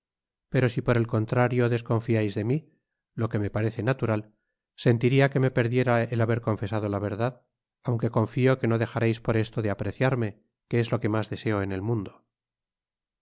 pero si por el contrario desconfiais de mi lo que me parece natural sentiria que me perdiera el haber confesado la verdad aunque confio que no dejareis por esto de apreciarme que es lo que mas deseo en el mundo